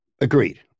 Agreed